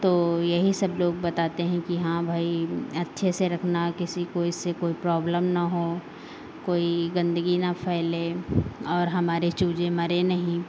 तो यही सब लोग बताते हैं कि हाँ भाई अच्छे से रखना किसी को इससे कोई प्रॉब्लम ना हो कोई गंदगी ना फैले और हमारे चूजे मरे नहीं